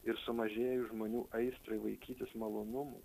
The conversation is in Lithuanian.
ir sumažėjus žmonių aistrai vaikytis malonumų